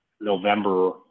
November